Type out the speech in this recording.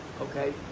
okay